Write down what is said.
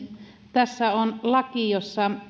tässä on laki jossa